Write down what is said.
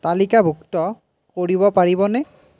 তালিকাভুক্ত কৰিব পাৰিবনে